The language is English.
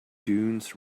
dunes